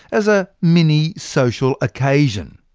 as a mini-social occasion.